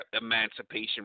Emancipation